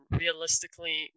realistically